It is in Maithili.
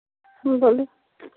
ह्म्म बोलू